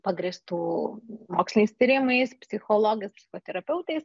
pagrįstų moksliniais tyrimais psichologas psichoterapeutais